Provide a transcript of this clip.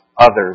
Others